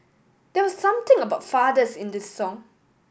there was something about fathers in this song